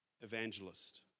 evangelist